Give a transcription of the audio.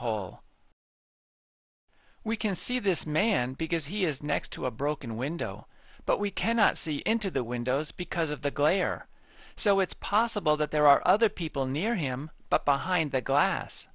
hole we can see this man because he is next to a broken window but we cannot see into the windows because of the glare so it's possible that there are other people near him but behind the glass